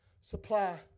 Supply